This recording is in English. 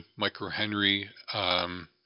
microhenry